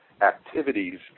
activities